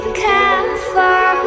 careful